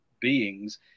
beings